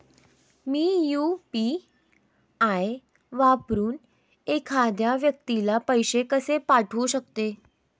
मी UPI वापरून एखाद्या व्यक्तीला पैसे कसे पाठवू शकते?